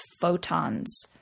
photons